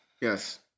Yes